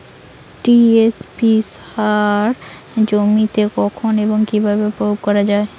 TSP সার জমিতে কখন এবং কিভাবে প্রয়োগ করা য়ায়?